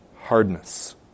hardness